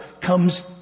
comes